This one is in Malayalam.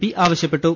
പി ആവശ്യപ്പെട്ടു